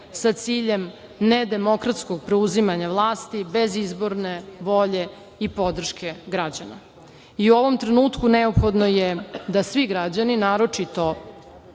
sa ciljem nedemokratskog preuzimanje vlasti bez izborne volje i podrške građana.U ovom trenutku neophodno je da svi građani, naročito